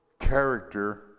character